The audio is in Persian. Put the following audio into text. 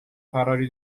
فراری